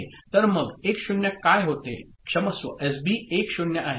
तर मग 1 0 काय होते क्षमस्व एसबी 1 0 आहे